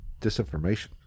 disinformation